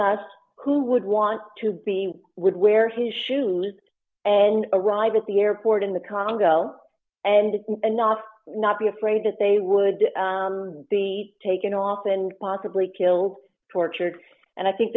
us who would want to be would wear his shoes and arrive at the airport in the congo and not not be afraid that they would be taken off and possibly killed tortured and i think